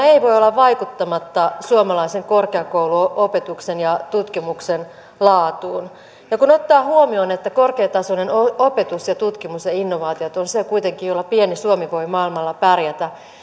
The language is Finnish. ei voi olla vaikuttamatta suomalaisen korkeakouluopetuksen ja tutkimuksen laatuun ja kun ottaa huomioon että korkeatasoinen opetus ja tutkimus ja innovaatiot ovat kuitenkin se jolla pieni suomi voi maailmalla pärjätä